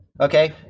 Okay